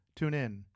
TuneIn